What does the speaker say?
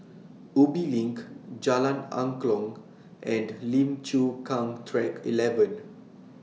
Ubi LINK Jalan Angklong and Lim Chu Kang Track eleven